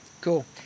Cool